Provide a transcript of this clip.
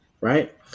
Right